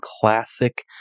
classic